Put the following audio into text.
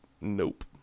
nope